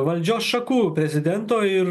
valdžios šakų prezidento ir